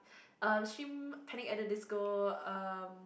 um stream Panic At the Disco um